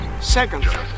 Second